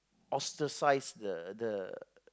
ostracised the the